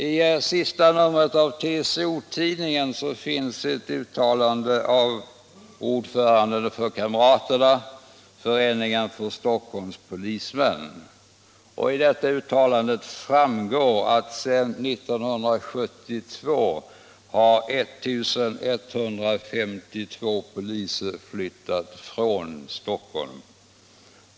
I senaste numret av TCO-tidningen finns ett uttalande av ordföranden i Kamraterna, föreningen för Stockholms polismän. Av det uttalandet framgår att sedan 1972 har 1 152 poliser flyttat från Stockholm.